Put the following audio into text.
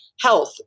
health